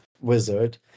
wizard